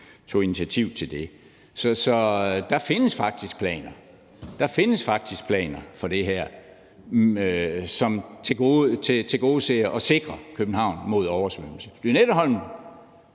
jo tog initiativ til det. Så der findes faktisk planer for det her, som tilgodeser og sikrer København mod oversvømmelse.